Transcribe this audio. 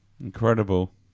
incredible